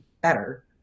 better